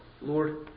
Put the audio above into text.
Lord